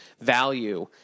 value